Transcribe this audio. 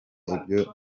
ibyo